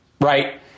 Right